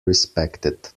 respected